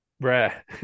rare